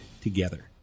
together